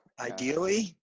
ideally